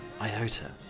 iota